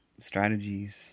strategies